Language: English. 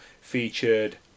featured